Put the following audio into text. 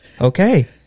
okay